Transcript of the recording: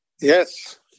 Yes